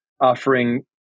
offering